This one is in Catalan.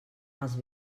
els